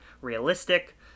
realistic